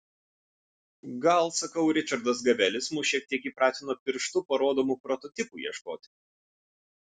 gal sakau ričardas gavelis mus šiek tiek įpratino pirštu parodomų prototipų ieškoti